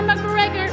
McGregor